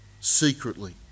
secretly